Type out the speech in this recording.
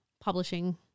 publishing